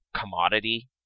commodity